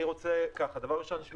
ראשית,